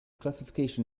classification